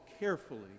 Carefully